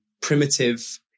primitive